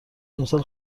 امسال